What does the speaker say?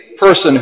person